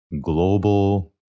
global